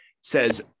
says